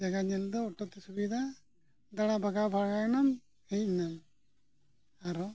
ᱡᱟᱭᱜᱟ ᱧᱮᱞ ᱫᱚ ᱚᱴᱳ ᱛᱮ ᱥᱩᱵᱤᱫᱷᱟ ᱫᱟᱬᱟ ᱵᱷᱟᱜᱟᱣ ᱮᱱᱟᱢ ᱦᱮᱡ ᱮᱱᱟᱢ ᱟᱨᱦᱚᱸ